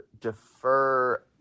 defer